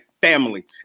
family